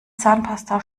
zahnpasta